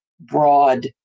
broad